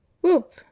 Whoop